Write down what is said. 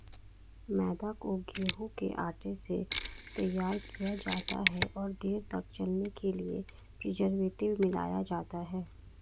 मैदा को गेंहूँ के आटे से तैयार किया जाता है और देर तक चलने के लिए प्रीजर्वेटिव मिलाया जाता है